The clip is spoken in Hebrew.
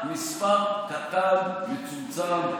כמחווה, מספר קטן, מצומצם,